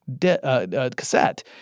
cassette